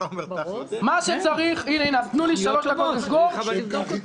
לשם כך התכנסנו.